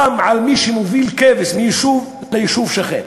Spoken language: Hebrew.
גם על מי שמוביל כבש מיישוב ליישוב שכן.